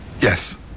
Yes